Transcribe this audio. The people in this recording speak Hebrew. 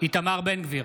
איתמר בן גביר,